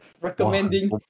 Recommending